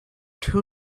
two